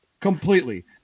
completely